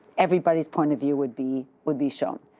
everybody's point of view would be would be shown.